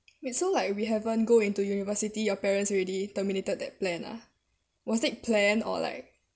so like we haven't go into university your parents already terminated that plan ah was it plan or like